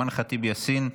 אימן ח'טיב יאסין,